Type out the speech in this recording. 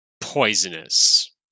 poisonous